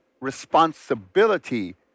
responsibility